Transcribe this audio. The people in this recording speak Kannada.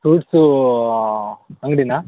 ಫ್ರುಟ್ಸೂ ಅಂಗಡಿನಾ